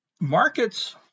Markets